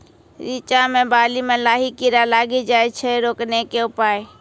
रिचा मे बाली मैं लाही कीड़ा लागी जाए छै रोकने के उपाय?